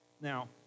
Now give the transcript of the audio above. Now